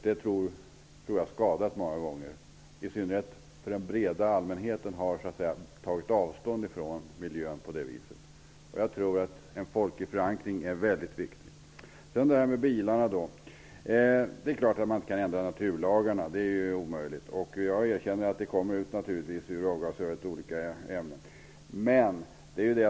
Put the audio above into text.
Det har många gånger varit till skada, i synnerhet eftersom den breda allmänheten på det viset har tagit avstånd från miljöarbetet. Jag tror att det är väldigt viktigt med en folklig förankring. Det är klart att man inte kan ändra naturlagarna. Det är omöjligt. Jag erkänner att det kommer ut olika ämnen ur avgasrören.